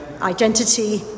identity